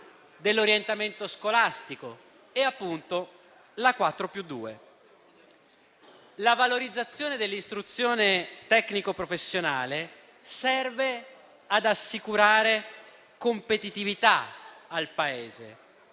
dell'orientamento scolastico e la 4+2. La valorizzazione dell'istruzione tecnico professionale serve ad assicurare competitività al Paese